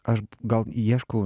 aš gal ieškau